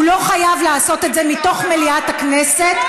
הוא לא חייב לעשות את זה מתוך מליאת הכנסת.